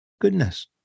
Goodness